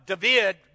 David